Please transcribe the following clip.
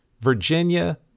Virginia